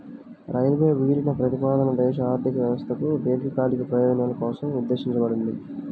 railway విలీన ప్రతిపాదన దేశ ఆర్థిక వ్యవస్థకు దీర్ఘకాలిక ప్రయోజనాల కోసం ఉద్దేశించబడింది